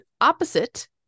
opposite